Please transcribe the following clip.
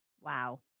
Wow